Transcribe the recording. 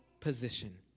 position